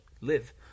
live